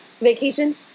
vacation